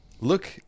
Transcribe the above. look